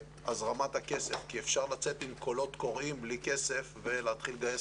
את הזרמת הכסף כי אפשר לצאת עם קולות קוראים בלי כסף ולהתחיל לגייס